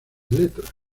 letras